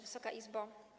Wysoka Izbo!